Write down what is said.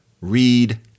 read